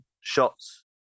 shots